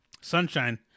sunshine